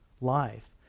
life